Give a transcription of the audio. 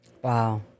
Wow